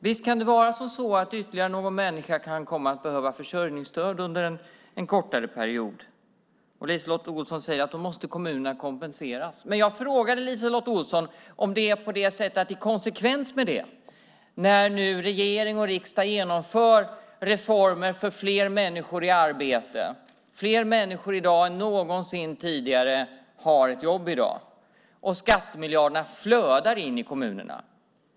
Visst kan det vara så att ytterligare någon människa kan komma att behöva försörjningsstöd under en kortare period. LiseLotte Olsson säger att då måste kommunerna kompenseras. Men jag frågade LiseLotte Olsson om det är på det sättet. I konsekvens med att regering och riksdag genomför reformer för att få fler människor i arbete har fler människor än någonsin tidigare ett jobb i dag. Skattemiljarderna flödar in i kommunerna.